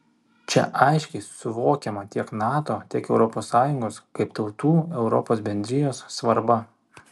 čia aiškiai suvokiama tiek nato tiek europos sąjungos kaip tautų europos bendrijos svarba